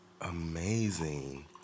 amazing